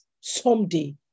someday